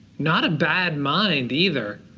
not a bad mind either.